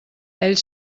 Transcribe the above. ell